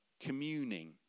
communing